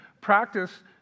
Practice